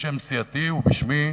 בשם סיעתי ובשמי,